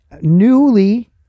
Newly